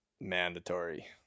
mandatory